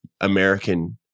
American